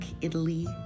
Italy